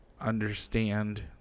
understand